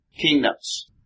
kingdoms